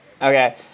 Okay